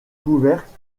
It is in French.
couvertes